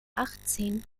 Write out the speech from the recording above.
achtzehn